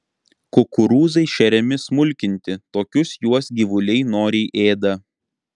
kukurūzai šeriami smulkinti tokius juos gyvuliai noriai ėda